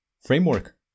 framework